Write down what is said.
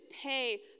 pay